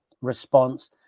response